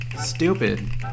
stupid